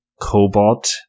Cobalt